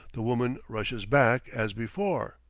the woman rushes back, as before.